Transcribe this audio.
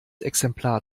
exemplar